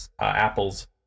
apple's